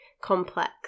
complex